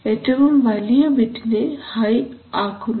ഏറ്റവും വലിയ ബിറ്റിനെ ഹൈ ആക്കുന്നു